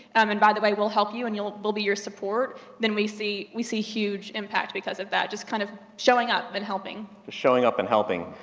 um and by the way, we'll help you and you'll, we'll be your support. then we see, we see huge impact because of that, just kind of showing up and helping. showing up and helping.